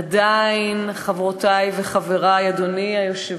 עדיין, חברותי וחברי, אדוני היושב-ראש,